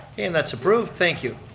and that's approved, thank you.